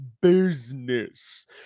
business